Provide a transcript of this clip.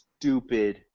stupid